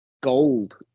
gold